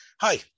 Hi